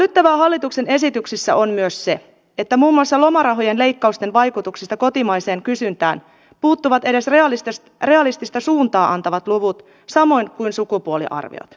hälyttävää hallituksen esityksissä on myös se että muun muassa lomarahojen leikkausten vaikutuksista kotimaiseen kysyntään puuttuvat edes realistista suuntaa antavat luvut samoin kuin sukupuoliarviot